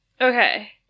Okay